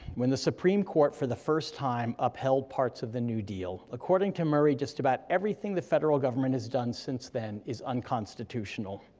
when the supreme court, for the first time, upheld parts of the new deal. according to murray, just about everything the federal government has done since then is unconstitutional.